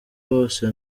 wose